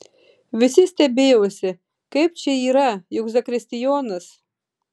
visi stebėjosi kaip čia yra juk zakristijonas